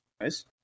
Nice